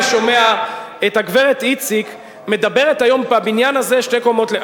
אני שומע את הגברת איציק מדברת היום בבניין הזה שתי קומות למטה,